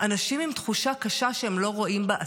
אנשים עם תחושה קשה שהם לא רואים בה עתיד.